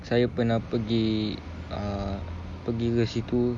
saya pernah pergi ah pergi ke situ